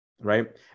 Right